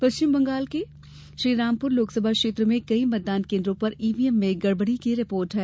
पश्चिम बंगाल में श्रीरामपुर लोकसभा क्षेत्र में कई मतदान केन्द्रों पर ईवीएम में गड़बड़ी की रिपोर्ट है